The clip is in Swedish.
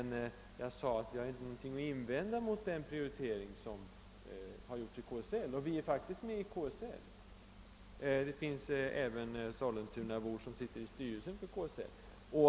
Vad jag sade var att Sollentuna inte hade något att invända mot den prioritering som gjorts i KSL, och Sollentuna ligger faktiskt inom KSL:s område. Det sitter bl.a. Sollentunabor 1 styrelsen för KSL.